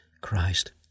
Christ